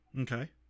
okay